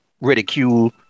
ridicule